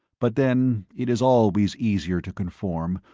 but then it is always easier to conform,